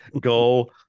go